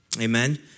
Amen